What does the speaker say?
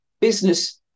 business